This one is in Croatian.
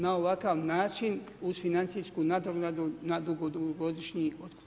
Na ovakav način uz financijsku nadoknadu na dugogodišnji.